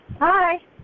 Hi